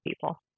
people